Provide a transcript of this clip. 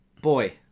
boy